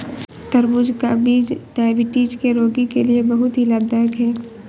तरबूज का बीज डायबिटीज के रोगी के लिए बहुत ही लाभदायक है